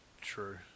True